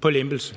på lempelse.